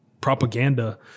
propaganda